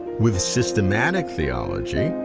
with systematic theology,